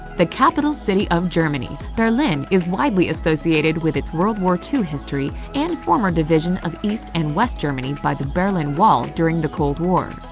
the capital city of germany, berlin is widely associated with its world war ii history and former division of east and west germany by the berlin wall during the cold war.